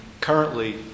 currently